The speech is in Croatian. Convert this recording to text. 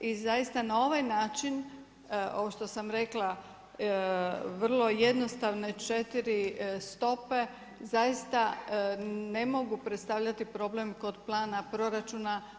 I zaista na ovaj način ovo što sam rekla vrlo jednostavno je četiri stope zaista ne mogu predstavljati problem kod plana proračuna.